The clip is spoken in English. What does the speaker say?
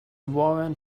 warrant